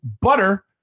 butter